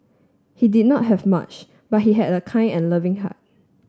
he did not have much but he had a kind and loving heart